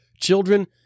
children